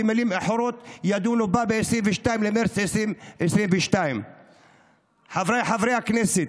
במילים אחרות: ידונו בה ב-22 במרץ 2022. חבריי חברי הכנסת,